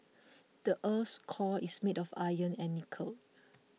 the earth's core is made of iron and nickel